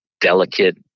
delicate